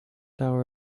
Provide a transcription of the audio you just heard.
hour